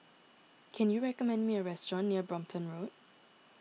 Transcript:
can you recommend me a restaurant near Brompton Road